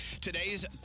Today's